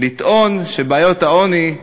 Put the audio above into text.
לטעון שבעיית העוני,